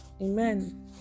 Amen